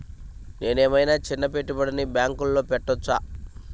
నేను ఏమయినా చిన్న పెట్టుబడిని బ్యాంక్లో పెట్టచ్చా?